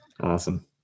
Awesome